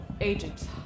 Agent